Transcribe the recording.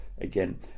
again